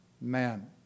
man